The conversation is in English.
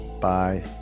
Bye